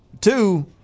Two